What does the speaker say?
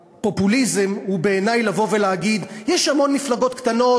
פופוליזם הוא בעיני לבוא ולהגיד: יש המון מפלגות קטנות,